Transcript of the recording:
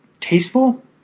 tasteful